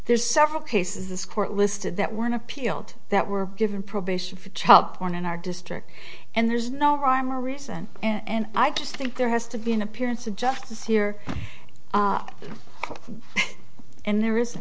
there's several cases this court listed that were appealed that were given probation for child porn in our district and there's no rhyme or reason and i just think there has to be an appearance of justice here and there is